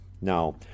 Now